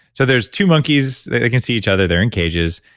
so there's two monkeys, they can see each other, they're in cages,